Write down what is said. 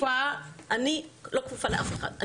אני לא כפופה לאף אחד.